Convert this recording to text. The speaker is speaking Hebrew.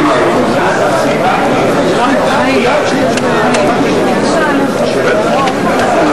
סעיף 4, כהצעת הוועדה, נתקבל.